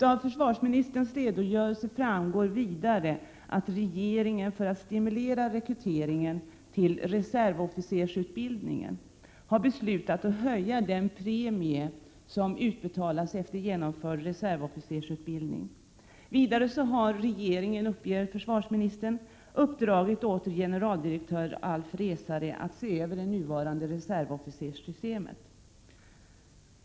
Av försvarsministerns redogörelse framgår vidare att regeringen, för att stimulera rekryteringen till reservofficersutbildningen, har beslutat höja den premie som utbetalas efter genomförd reservofficersutbildning. Vidare har regeringen, uppger försvarsministern, uppdragit åt generaldirektör Alf Resare att se över det nuvarande reservofficerssystemet.